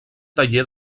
taller